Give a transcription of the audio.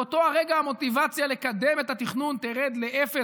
באותו הרגע המוטיבציה לקדם את התכנון תרד לאפס.